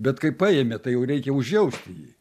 bet kai paėmė tai jau reikia užjausti jį